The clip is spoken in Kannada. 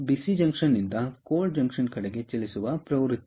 ಬಿಸಿ ಜಂಕ್ಷನ್ನಿಂದ ಕೋಲ್ಡ್ ಜಂಕ್ಷನ್ ಕಡೆಗೆ ಚಲಿಸುವ ಪ್ರವೃತ್ತಿ